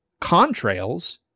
contrails